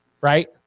Right